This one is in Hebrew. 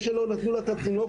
לא נתנו לה מיד את התינוק,